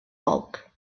bulk